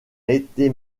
été